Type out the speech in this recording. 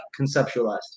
conceptualized